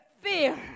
fear